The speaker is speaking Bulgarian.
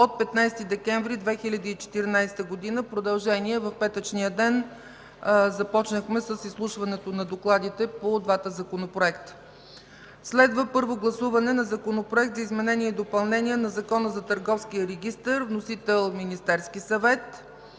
от 15 декември 2014 г. – продължение. В петъчния ден започнахме с изслушването на докладите по двата законопроекта. Следва първо гласуване на Законопроекта за изменение и допълнение на Закона за търговския регистър. Вносител е Министерският съвет.